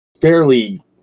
fairly